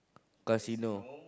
casino